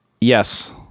Yes